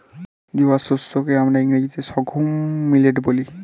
জোয়ার শস্য কে আমরা ইংরেজিতে সর্ঘুম মিলেট বলি